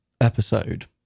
episode